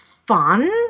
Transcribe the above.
fun